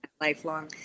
lifelong